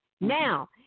Now